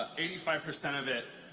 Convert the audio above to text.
ah eighty five percent of it,